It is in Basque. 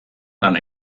lan